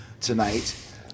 tonight